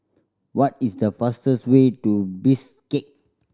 what is the fastest way to Bishkek